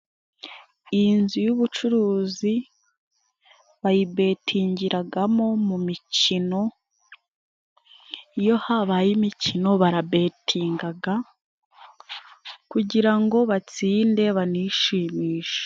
Iyi nzu y'ubucuruzi bayibetingiragamo mu mikino. Iyo habaye imikino barabetingaga kugira ngo batsinde banishimishe.